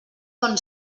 bon